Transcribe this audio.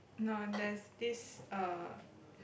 no there's this err